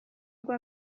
urwo